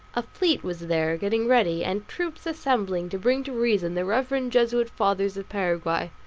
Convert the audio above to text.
a fleet was there getting ready, and troops assembling to bring to reason the reverend jesuit fathers of paraguay,